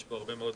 יש פה הרבה מאוד